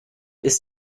ist